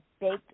baked